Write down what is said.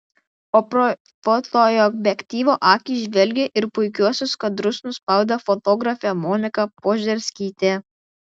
o pro fotoobjektyvo akį žvelgė ir puikiuosius kadrus nuspaudė fotografė monika požerskytė